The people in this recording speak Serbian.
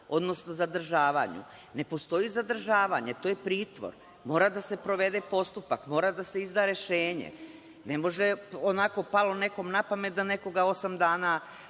odnosno zadržavanju. Ne postoji zadržavanje, to je pritvor, mora da se sprovede postupak, mora da se izda rešenje, ne može onako palo nekom na pamet da nekoga drži